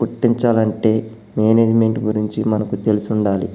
పుట్టించాలంటే మేనేజ్మెంట్ గురించి మనకు తెలిసి ఉండాలి